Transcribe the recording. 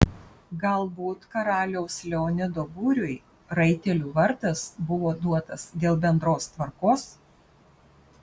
galbūt karaliaus leonido būriui raitelių vardas buvo duotas dėl bendros tvarkos